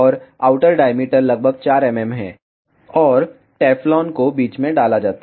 और outer diameter लगभग 4 mm है और टेफ्लोन को बीच में डाला जाता है